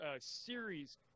series